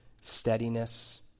steadiness